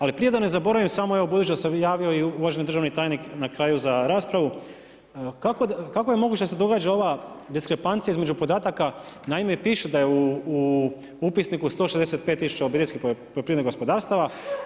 Ali prije da ne zaboravim samo evo budući da se javio i uvaženi državni tajnik na kraju za raspravu kako je moguće da se događa ova diskrepancija između podataka, naime piše da je u upisniku 165000 obiteljskih poljoprivrednih gospodarstava.